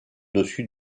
dessus